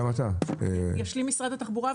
ישלים משרד התחבורה,